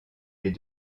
les